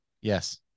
Yes